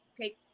take